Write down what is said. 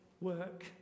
work